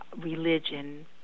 religion